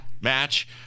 Match